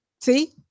See